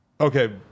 okay